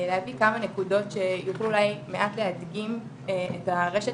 להביא כמה נקודות שיוכלו אולי, מעט להבין את הרשת